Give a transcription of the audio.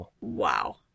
Wow